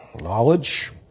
knowledge